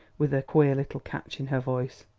with a queer little catch in her voice.